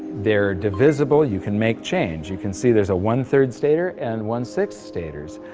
they're divisible you can make change. you can see there's a one-third stater and one sixth staters.